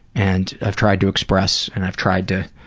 and i've tried to express and i've tried to